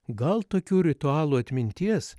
gal tokių ritualų atminties